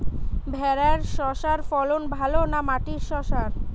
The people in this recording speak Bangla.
ভেরার শশার ফলন ভালো না মাটির শশার?